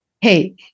Hey